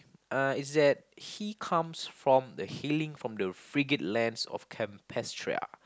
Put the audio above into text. uh is that he comes from the healing from the frigid lands of Campestra